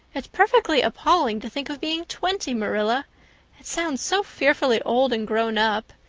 it's perfectly appalling to think of being twenty, marilla. it sounds so fearfully old and grown up.